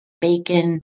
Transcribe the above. bacon